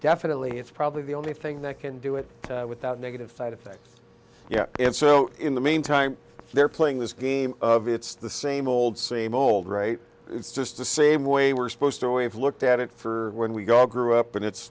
definitely it's probably the only thing that can do it without negative side effects yeah and so in the meantime they're playing this game of it's the same old same old right it's just the same way we're supposed to have looked at it for when we go grew up and it's